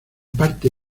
parte